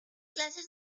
clases